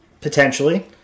Potentially